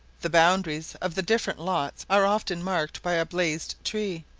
the boundaries of the different lots are often marked by a blazed tree,